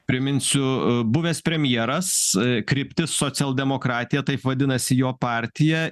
priminsiu buvęs premjeras kryptis socialdemokratija taip vadinasi jo partija